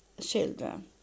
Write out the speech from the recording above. children